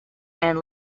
and